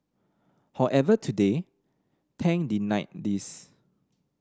however today Tang denied these